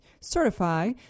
certify